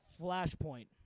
Flashpoint